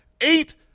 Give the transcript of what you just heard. eight